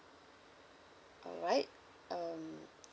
all right um